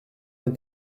est